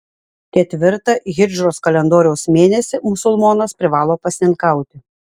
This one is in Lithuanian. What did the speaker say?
ketvirtą hidžros kalendoriaus mėnesį musulmonas privalo pasninkauti